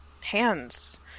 hands